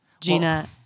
Gina